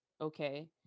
okay